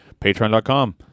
patreon.com